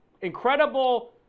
incredible